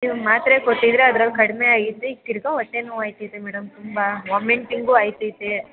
ನೀವು ಮಾತ್ರೆ ಕೊಟ್ಟಿದ್ರ ಅದ್ರಲ್ಲಿ ಕಡ್ಮೆ ಆಗಿತ್ತು ಈಗ ತಿರ್ಗ ಹೊಟ್ಟೆ ನೋವಾಯ್ತಿದೆ ಮೇಡಮ್ ತುಂಬ ವಾಮಿಟಿಂಗು ಆಯ್ತೈತೆ